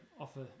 offer